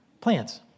plants